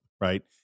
right